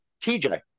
TJ